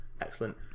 Excellent